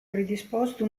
predisposto